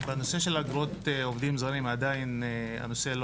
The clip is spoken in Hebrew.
בנושא אגרות עובדים זרים עדיין הנושא,